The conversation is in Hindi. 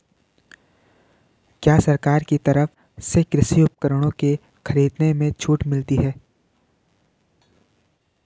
क्या सरकार की तरफ से कृषि उपकरणों के खरीदने में छूट मिलती है?